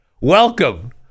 welcome